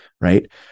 right